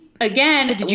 again